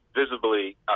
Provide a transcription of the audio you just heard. visibly